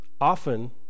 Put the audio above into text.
Often